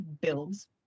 builds